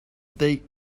they